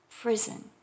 prison